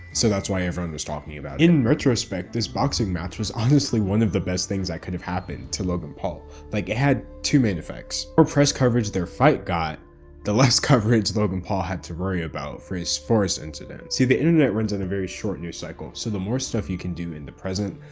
so, that's why everyone was talking about. in retrospect, this boxing match was obviously one of the best things that could have happened to logan paul. it like had two main effects. more press coverage their fight got the less coverage logan paul had to worry about for his forest incident. see, the internet runs in a very short news cycle. so, the more stuff you can do in the present,